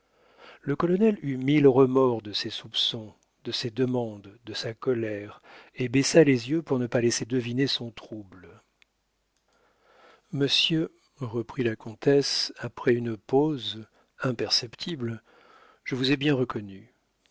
le colonel eut mille remords de ses soupçons de ses demandes de sa colère et baissa les yeux pour ne pas laisser deviner son trouble monsieur reprit la comtesse après une pause imperceptible je vous ai bien reconnu